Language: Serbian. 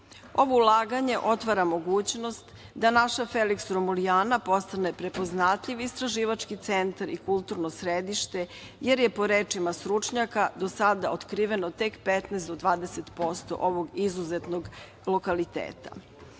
Ovo ulaganje otvara mogućnost da naša Feliks Romulijana postane prepoznatljivi istraživački centar i kulturno središte, jer je po rečima stručnjaka do sada otkriveno tek 15% do 20% ovog izuzetnog lokaliteta. Kada